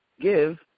give